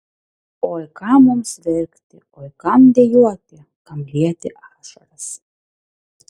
oi kam mums verkti oi kam dejuoti kam lieti ašaras